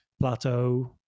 plateau